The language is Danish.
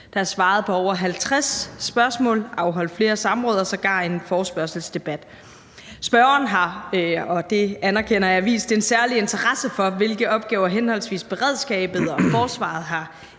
Der er svaret på over 50 spørgsmål, afholdt flere samråd og har sågar været en forespørgselsdebat. Spørgeren har – og det anerkender jeg – vist en særlig interesse for, hvilke opgaver henholdsvis beredskabet og forsvaret har